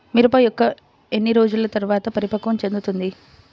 మిరప మొక్క ఎన్ని రోజుల తర్వాత పరిపక్వం చెందుతుంది?